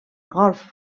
golf